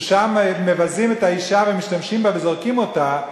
ששם מבזים את האשה ומשתמשים בה וזורקים אותה,